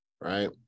right